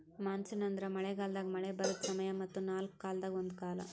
monsoon ಅಂದುರ್ ಮಳೆ ಗಾಲದಾಗ್ ಮಳೆ ಬರದ್ ಸಮಯ ಮತ್ತ ನಾಲ್ಕು ಕಾಲದಾಗ ಒಂದು ಕಾಲ